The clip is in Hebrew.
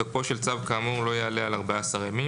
תוקפו של צו כאמור לא יעלה על 14 ימים.